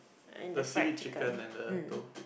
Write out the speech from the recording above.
the seaweed chicken and the tofu